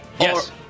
Yes